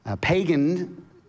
pagan